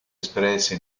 espresse